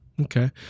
okay